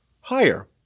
higher